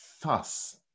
thus